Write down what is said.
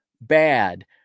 bad